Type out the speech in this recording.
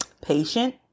patient